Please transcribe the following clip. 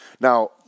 Now